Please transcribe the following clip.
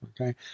Okay